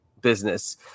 business